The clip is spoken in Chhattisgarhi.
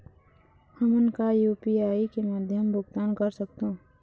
हमन का यू.पी.आई के माध्यम भुगतान कर सकथों?